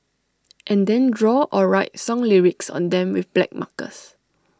and then draw or write song lyrics on them with black markers